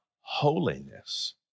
holiness